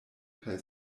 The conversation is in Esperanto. kaj